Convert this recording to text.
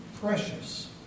precious